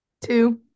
two